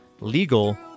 legal